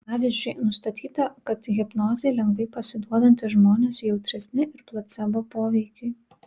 pavyzdžiui nustatyta kad hipnozei lengvai pasiduodantys žmonės jautresni ir placebo poveikiui